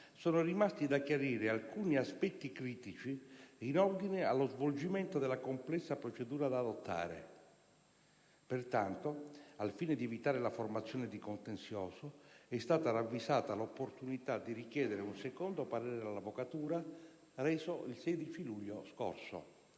sono rimasti da chiarire alcuni aspetti critici in ordine allo svolgimento della complessa procedura da adottare; pertanto, al fine di evitare la formazione di contenzioso, è stata ravvisata l'opportunità di richiedere un secondo parere all'Avvocatura, reso il 16 luglio scorso.